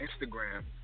Instagram